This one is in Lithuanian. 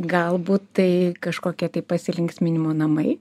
galbūt tai kažkokia tai pasilinksminimų namai